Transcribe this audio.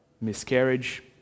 miscarriage